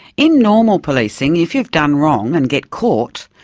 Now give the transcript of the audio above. in normal policing, if you've done wrong and get caught,